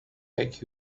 take